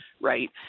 right